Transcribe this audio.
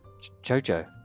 Jojo